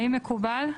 האם מקובל?